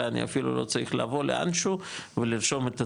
אלא אני אפילו לא צריך לבוא לאנשהו ולרשום את עצמי,